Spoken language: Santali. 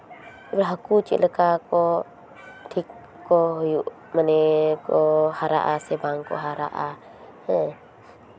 ᱦᱟᱹᱠᱩ ᱪᱮᱫ ᱞᱮᱠᱟ ᱠᱚ ᱴᱷᱤᱠ ᱠᱚ ᱦᱩᱭᱩᱜ ᱢᱟᱱᱮ ᱠᱚ ᱦᱟᱨᱟᱜᱼᱟ ᱥᱮ ᱵᱟᱝ ᱠᱚ ᱦᱟᱨᱟᱜᱼᱟ ᱦᱮᱸ